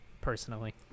personally